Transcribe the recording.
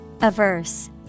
Averse